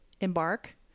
embark